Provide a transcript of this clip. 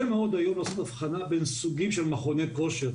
מאוד היום לעשות הבחנה בין סוגים של מכוני כושר,